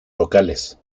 locales